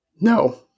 No